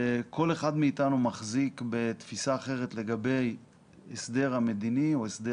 כל אחד מאתנו מחזיק בתפיסה אחרת לגבי ההסדר המדיני או הסדר